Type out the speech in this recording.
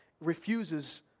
refuses